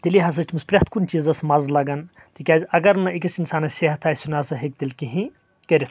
تیٚلی ہسا چھُ تٔمِس پرٮ۪تھ کُنہِ چیٖزس مزٕ لگان تِکیازِ اگر نہٕ أکِس انسانس صحت آسہِ سُہ نہ سا ہیٚکہِ تیٚلہِ کہینۍ کٔرِتھ